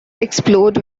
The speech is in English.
explode